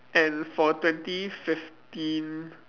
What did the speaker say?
and for twenty fifteen